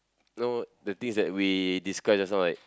you know the things that we discussed just now right